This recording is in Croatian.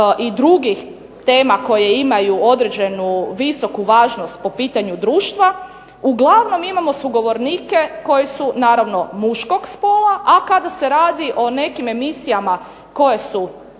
i drugih tema koji imaju određenu visoku važnost po pitanju društva uglavnom imamo sugovornike koji su naravno muškog spola, a kada se radi o nekim emisijama koje su